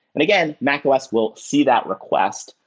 and again, mac os will see that request,